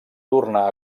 tornà